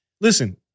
Listen